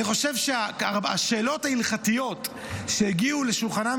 אני חושב שהשאלות ההלכתיות שהגיעו לשולחנם